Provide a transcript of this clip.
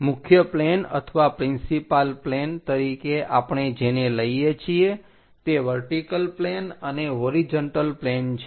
મુખ્ય પ્લેન અથવા principal plane તરીકે આપણે જેને લઈએ છીએ તે વર્ટિકલ પ્લેન અને હોરીજન્ટલ પ્લેન છે